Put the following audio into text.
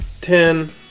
ten